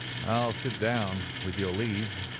i'll sit down, with your leave,